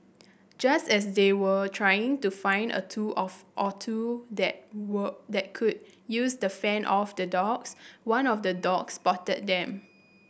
just as they were trying to find a tool of or two that were that could use to fend off the dogs one of the dogs spotted them